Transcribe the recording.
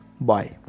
Bye